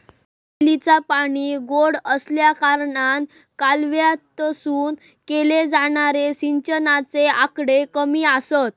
बोअरवेलीचा पाणी गोडा आसल्याकारणान कालव्यातसून केले जाणारे सिंचनाचे आकडे कमी आसत